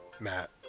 Matt